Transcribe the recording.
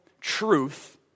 truth